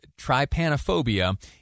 trypanophobia